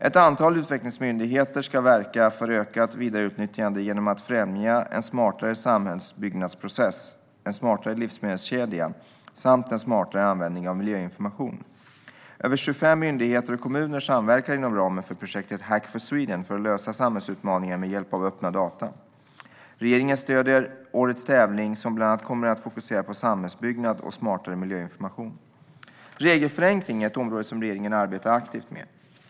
Ett antal utvecklingsmyndigheter ska verka för ökat vidareutnyttjande genom att främja en smartare samhällsbyggnadsprocess, en smartare livsmedelskedja samt en smartare användning av miljöinformation. Över 25 myndigheter och kommuner samverkar inom ramen för projektet Hack for Sweden för att lösa samhällsutmaningar med hjälp av öppna data. Regeringen stöder årets tävling, som bland annat kommer att fokusera på samhällsbyggnad och smartare miljöinformation. Regelförenkling är ett område som regeringen arbetar aktivt med.